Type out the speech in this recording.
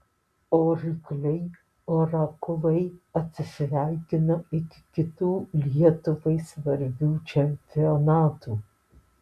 o rykliai orakulai atsisveikina iki kitų lietuvai svarbių čempionatų